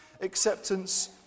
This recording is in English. acceptance